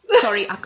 Sorry